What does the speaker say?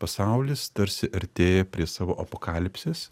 pasaulis tarsi artėja prie savo apokalipsės